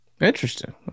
Interesting